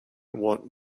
want